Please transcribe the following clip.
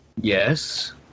Yes